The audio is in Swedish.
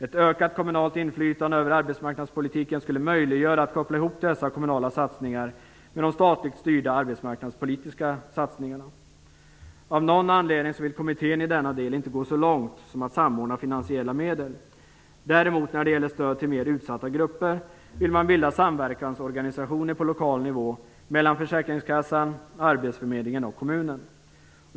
Ett ökat kommunalt inflytande över arbetsmarknadspolitiken skulle möjliggöra att koppla ihop dessa kommunala satsningar med de statligt styrda arbetsmarknadspolitiska satsningarna. Av någon anledning vill kommittén i denna del inte gå så långt som att samordna finansiella medel. När det däremot gäller stöd till mer utsatta grupper vill man bilda samverkansorganisationer på lokal nivå mellan försäkringskassan, arbetsförmedlingen och kommunen.